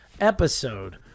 episode